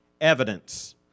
evidence